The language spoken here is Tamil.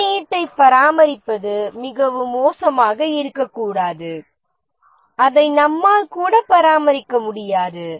குறியீட்டை பராமரிப்பது மிகவும் மோசமாக இருக்கக்கூடாது அதை நம்மால் கூட பராமரிக்க முடியாது